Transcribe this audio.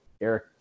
Eric